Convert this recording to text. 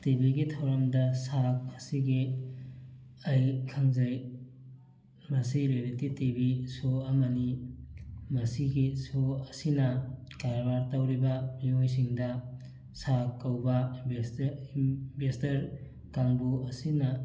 ꯇꯤꯚꯤꯒꯤ ꯊꯧꯔꯝꯗ ꯁꯥꯔꯛ ꯑꯁꯤꯒꯤ ꯑꯩ ꯈꯪꯖꯩ ꯃꯁꯤ ꯔꯤꯌꯦꯜꯇꯤ ꯇꯤꯚꯤ ꯁꯣ ꯑꯃꯅꯤ ꯃꯁꯤꯒꯤ ꯁꯣ ꯑꯁꯤꯅ ꯀꯔꯕꯥꯔ ꯇꯧꯔꯤꯕ ꯃꯤꯑꯣꯏꯁꯤꯡꯗ ꯁꯥꯔꯛ ꯀꯧꯕ ꯏꯟꯚꯦꯁꯇꯔ ꯏꯟꯚꯦꯁꯇꯔ ꯀꯥꯡꯕꯨ ꯑꯁꯤꯅ